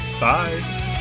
Bye